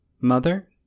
Mother